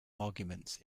arguments